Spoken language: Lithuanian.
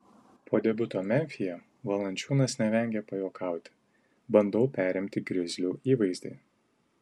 po debiuto memfyje valančiūnas nevengė pajuokauti bandau perimti grizlių įvaizdį